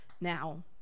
Now